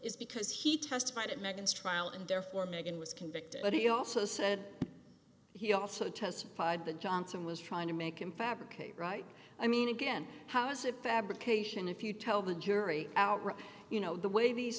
is because he testified at meghan's trial and therefore megan was convicted but he also said he also testified the johnson was trying to make him fabricate right i mean again how is it fabrication if you tell the jury out you know the way these